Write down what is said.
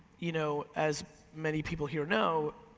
you know, as many people here know,